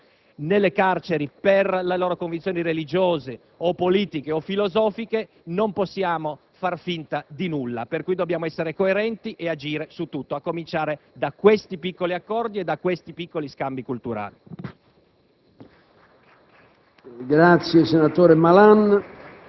violazione sistematica dei diritti umani, con centinaia di migliaia di persone che si trovano nelle carceri per le loro convinzioni religiose, politiche o filosofiche; non possiamo far finta di nulla. Dunque, dobbiamo essere coerenti ed agire su tutto, a cominciare da questi piccoli accordi e scambi culturali.